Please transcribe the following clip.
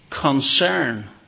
concern